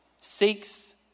seeks